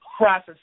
process